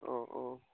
অঁ অঁ